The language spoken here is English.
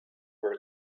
were